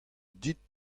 dit